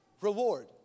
reward